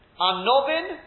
Anovin